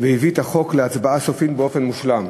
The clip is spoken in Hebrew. והביא את החוק להצבעה סופית באופן מושלם.